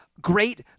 great